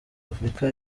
afurika